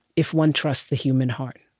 if one trusts the human heart,